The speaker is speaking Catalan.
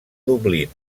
dublín